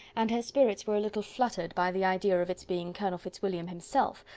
and her spirits were a little fluttered by the idea of its being colonel fitzwilliam himself,